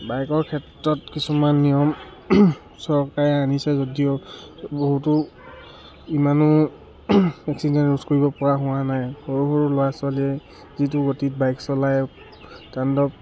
বাইকৰ ক্ষেত্ৰত কিছুমান নিয়ম চৰকাৰে আনিছে যদিও বহুতো ইমানো এক্সিডেণ্ট ৰোধ কৰিব পৰা হোৱা নাই সৰু সৰু ল'ৰা ছোৱালীয়ে যিটো গতিত বাইক চলাই তাণ্ডৱ